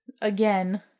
again